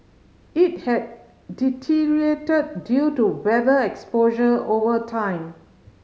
it had deteriorated due to weather exposure over time